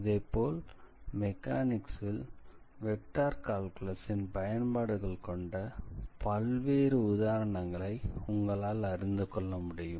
இதைப்போல் மெக்கானிக்ஸில் வெக்டார் கால்குலஸின் பயன்பாடுகள் கொண்ட பல்வேறு உதாரணங்களை உங்களால் அறிந்துகொள்ள முடியும்